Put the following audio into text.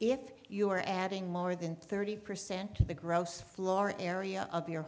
if you are adding more than thirty percent of the gross floor area of your